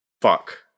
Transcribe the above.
fuck